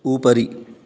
उपरि